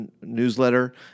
newsletter